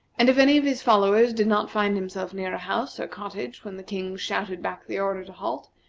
and if any of his followers did not find himself near a house or cottage when the king shouted back the order to halt,